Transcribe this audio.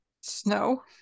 snow